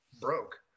broke